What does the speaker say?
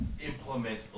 implement